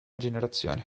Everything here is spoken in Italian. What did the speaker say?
generazione